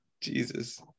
jesus